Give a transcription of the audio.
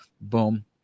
boom